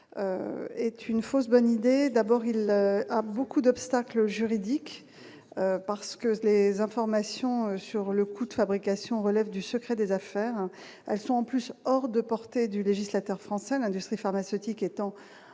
est une fausse bonne idée, d'abord, il a beaucoup d'obstacles juridiques parce que les informations. Sur le coût de fabrication relève du secret des affaires, elles sont en plus hors de portée du législateur français, l'industrie pharmaceutique est en en